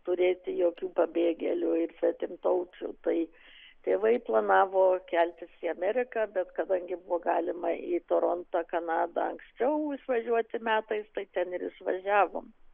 turėti jokių pabėgėlių ir svetimtaučių tai tėvai planavo keltis į ameriką bet kadangi buvo galima į torontą kanadą anksčiau išvažiuoti metais tai ten ir išvažiavom